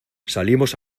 salimos